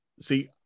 see